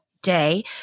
day